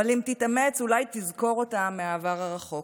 אבל אם תתאמץ אולי תזכור אותה מהעבר הרחוק.